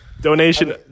Donation